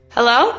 Hello